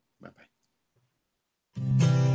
Bye-bye